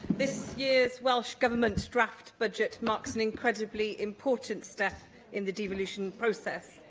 this year's welsh government draft budget marks an incredibly important step in the devolution process.